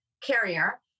carrier